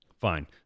fine